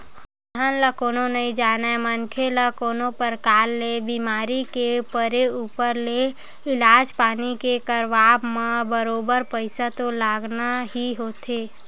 अलहन ल कोनो नइ जानय मनखे ल कोनो परकार ले बीमार के परे ऊपर ले इलाज पानी के करवाब म बरोबर पइसा तो लगना ही होथे